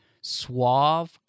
suave